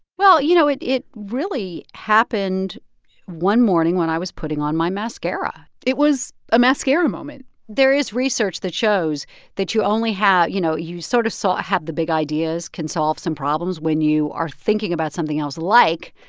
well, you know, it it really happened one morning when i was putting on my mascara. it was a mascara moment there is research that shows that you only have you know, you sort of have the big ideas, can solve some problems when you are thinking about something else like,